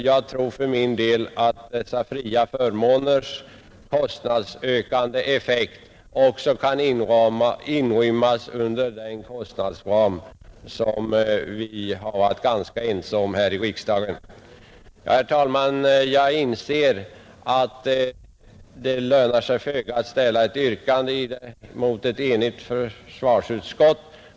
Jag tror för min del att kostnadsökningarna för dessa förmåner också kan inrymmas inom den kostnadsram som vi har varit ganska ense om här i riksdagen. Herr talman! Jag inser att det lönar sig föga att ställa ett yrkande mot ett enigt försvarsutskott.